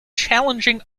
challenging